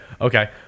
Okay